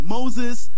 Moses